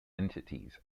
entities